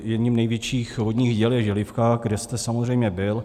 Jedním z největších vodních děl je Želivka, kde jste samozřejmě byl.